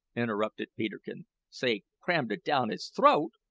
interrupted peterkin say crammed it down his throat!